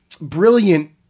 brilliant